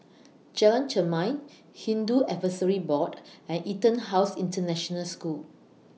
Jalan Chermai Hindu Advisory Board and Etonhouse International School